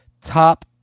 top